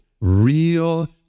real